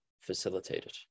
facilitated